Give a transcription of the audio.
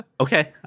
Okay